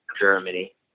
Germany